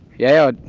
yeah,